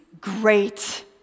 great